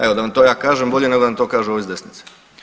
Evo da vam to ja kažem bolje nego da vam to kažu ovi s desnice.